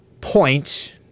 point